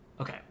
Okay